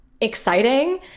exciting